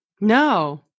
No